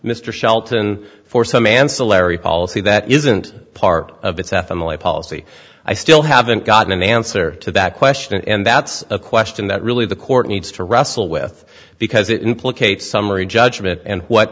mr shelton for some ancillary policy that isn't part of its ethanol a policy i still haven't gotten an answer to that question and that's a question that really the court needs to wrestle with because it implicates summary judgment and what